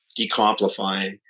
decomplifying